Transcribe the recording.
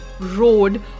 road